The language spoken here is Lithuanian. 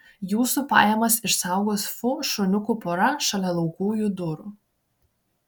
jūsų pajamas išsaugos fu šuniukų pora šalia laukujų durų